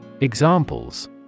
Examples